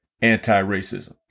anti-racism